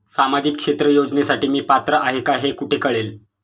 सामाजिक क्षेत्र योजनेसाठी मी पात्र आहे का हे कुठे कळेल?